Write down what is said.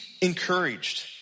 encouraged